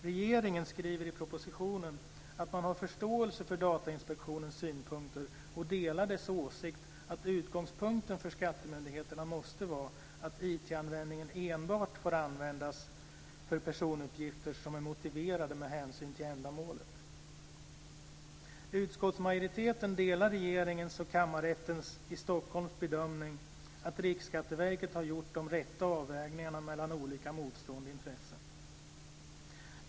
Regeringen skriver i propositionen att man har förståelse för Datainspektionens synpunkter och delar dess åsikt att utgångspunkten för skattemyndigheterna måste vara att IT-användningen enbart får användas för personuppgifter som är motiverade med hänsyn till ändamålet. Utskottsmajoriteten delar regeringens och Kammarrättens i Stockholm bedömning att Riksskatteverket har gjort de rätta avvägningarna mellan olika motstående intressen.